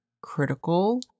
critical